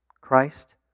Christ